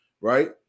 right